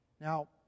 Now